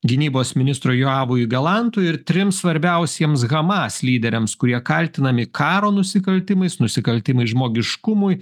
gynybos ministrui joavui galantui ir trims svarbiausiems hamas lyderiams kurie kaltinami karo nusikaltimais nusikaltimais žmogiškumui